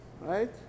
Right